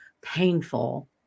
painful